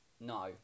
no